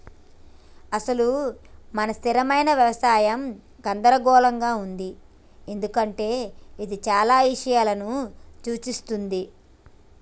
అసలు మన స్థిరమైన యవసాయం గందరగోళంగా ఉంది ఎందుకంటే ఇది చానా ఇషయాలను సూఛిస్తుంది